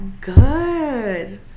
good